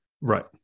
Right